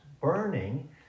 burning